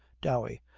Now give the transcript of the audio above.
dowey,